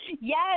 Yes